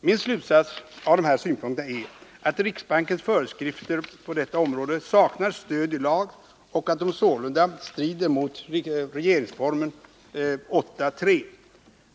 Min slutsats av de här synpunkterna är att riksbankens föreskrifter på detta område saknar stöd i lag och att de sålunda strider mot 8 kap. 3§ regeringsformen.